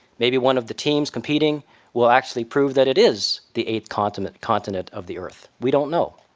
maybe one of the teams competing will actually prove that it is the eighth continent continent of the earth, we don't know.